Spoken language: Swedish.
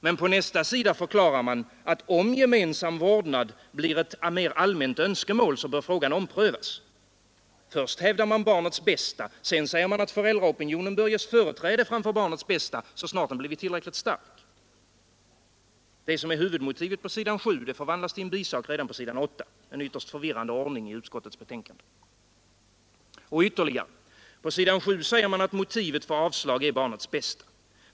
Men på nästa sida förklarar man att om gemensam vårdnad blir ett mer allmänt önskemål, bör frågan omprövas. Först hävdar man barnets bästa, sedan säger man att föräldraopinionen bör ges företräde framför barnets bästa, så snart den blivit tillräckligt stark. Det som är huvudmotivet på s. 7 förvandlas till en bisak redan på s. 8. En ytterst förvirrande ordning i utskottets tänkande! Och ytterligare: På s. 7 säger man att motivet för avstyrkande är barnets bästa.